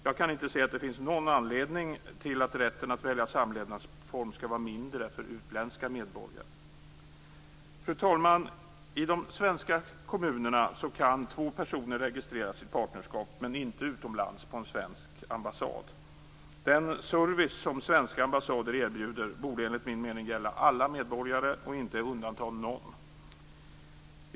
Jag kan inte se att det finns någon anledning för att rätten att välja samlevnadsform skall vara mindre för utländska medborgare. Fru talman! I de svenska kommunerna kan två personer registrera sitt partnerskap, men inte utomlands på en svensk ambassad. Den service som svenska ambassader erbjuder borde enligt min mening gälla alla medborgare och inte undanta någon.